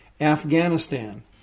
Afghanistan